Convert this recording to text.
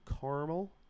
caramel